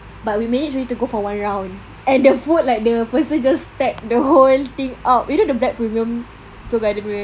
but we manage to only go for one round and the food like the person just stack the whole thing up you know the black premium seoul garden punya kan